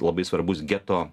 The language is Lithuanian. labai svarbus geto